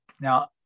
now